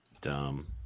dumb